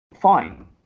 fine